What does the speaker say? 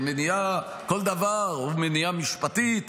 כל דבר הוא מניעה משפטית,